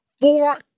Four